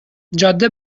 جاده